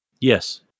Yes